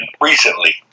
recently